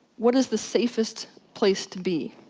what is the safest place to be?